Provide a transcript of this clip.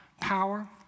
power